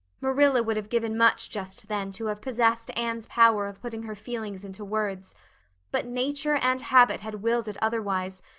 marilla would have given much just then to have possessed anne's power of putting her feelings into words but nature and habit had willed it otherwise,